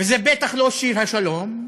וזה בטח לא "שיר לשלום".